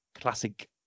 classic